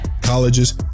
colleges